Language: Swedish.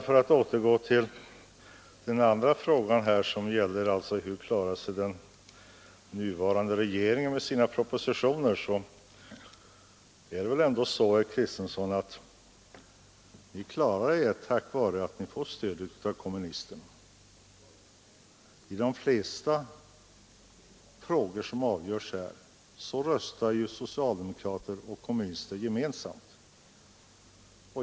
Vad beträffar frågan om hur den nuvarande regeringen klarar sina propositioner är det väl ändå så att den klarar sig tack vare stödet från kommunisterna. I de flesta frågor som avgörs röstar ju socialdemokrater och kommunister gemensamt.